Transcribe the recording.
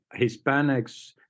Hispanics